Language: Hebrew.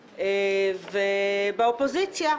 באופוזיציה,